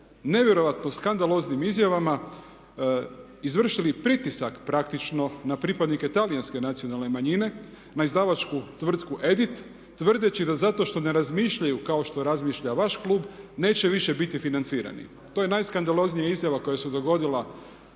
nevjerojatno skandaloznim izjavama izvršili pritisak praktično na pripadnike Talijanske nacionalne manjine, na izdavačku tvrtku EDIT tvrdeći da zato što ne razmišljaju kao što razmišlja vaš klub neće više biti financirani. To je najskandaloznija izjava koja se dogodila